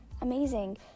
amazing